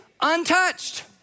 untouched